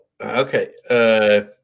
okay